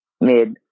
mid